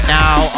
now